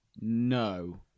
No